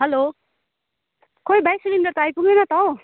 hello खोइ भाइ cylinder त आइपुगेन त हौ